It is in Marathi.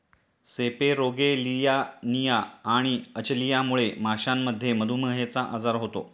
सेपेरोगेलियानिया आणि अचलियामुळे माशांमध्ये मधुमेहचा आजार होतो